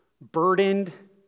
burdened